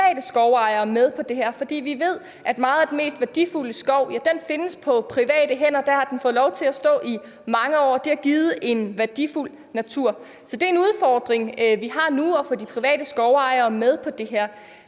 private skovejere med på det her, for vi ved, at meget af den mest værdifulde skov er på private hænder. Der har den fået lov til at stå i mange år, og det har givet en værdifuld natur. Så det er en udfordring, vi har nu: at få de private skovejere med på det her.